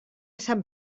sant